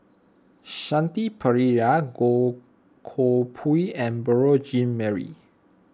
Shanti Pereira Goh Koh Pui and Beurel Jean Marie